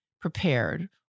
prepared